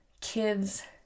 kids